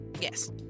Yes